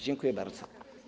Dziękuję bardzo.